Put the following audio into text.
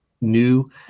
new